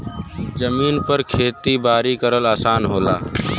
जमीन पे खेती बारी करल आसान होला